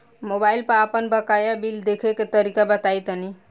Mobile पर आपन बाकाया बिल देखे के तरीका बताईं तनि?